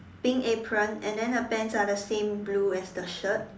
pink apron and then her pants are the same blue as the shirt